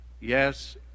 Yes